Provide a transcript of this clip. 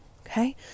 okay